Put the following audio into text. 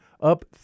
up